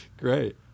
great